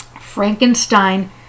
Frankenstein